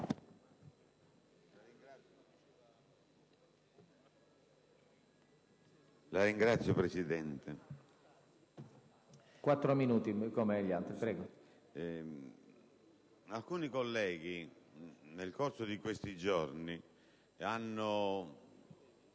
Signor Presidente, alcuni colleghi nel corso di questi giorni hanno